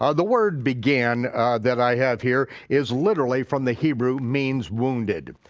ah the word began that i have here is literally from the hebrew, means wounded.